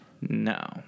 No